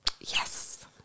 Yes